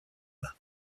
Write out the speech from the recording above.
main